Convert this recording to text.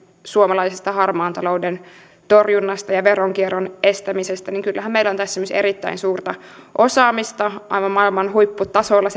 suomalaisesta harmaan talouden torjunnasta ja veronkierron estämisestä niin kyllähän meillä on esimerkiksi nimenomaan näiden edistämisessä erittäin suurta osaamista aivan maailman huipputasolla